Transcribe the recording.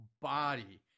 body